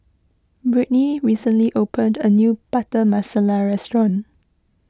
Brittni recently opened a new Butter Masala restaurant